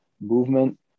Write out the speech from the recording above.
movement